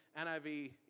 NIV